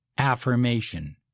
affirmation